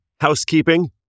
housekeeping